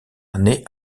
naît